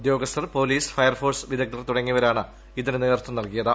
ഉദ്യോഗസ്ഥർ police fire force വിദഗ്ധർ തുടങ്ങിയവരാണ് ഇതിന് നേതൃത്വം നൽകിയത്